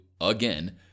again